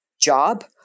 job